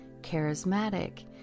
charismatic